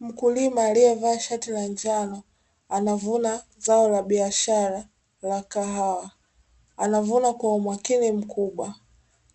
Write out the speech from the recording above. Mkulima alievaa shati la njano, anavuna zao la biashara la kahawa. Anavuna kwa umakini mkubwa.